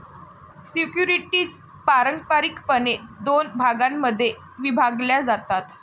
securities पारंपारिकपणे दोन भागांमध्ये विभागल्या जातात